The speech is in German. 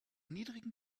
niedrigen